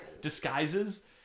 disguises